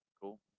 Cool